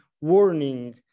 warning